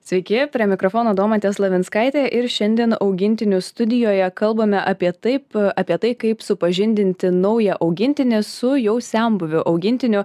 sveiki prie mikrofono domantė slavinskaitė ir šiandien augintinių studijoje kalbame apie taip apie tai kaip supažindinti naują augintinį su jau senbuviu augintiniu